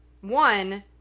one